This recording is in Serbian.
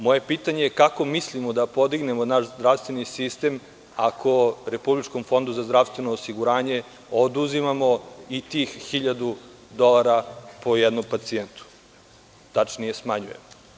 Moje pitanje je – kako mislimo da podignemo naš zdravstveni sistem ako Republičkom fondu za zdravstveno osiguranje oduzimamo i tih 1.000 dolara po jednom pacijentu, tačnije smanjujemo?